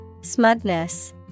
Smugness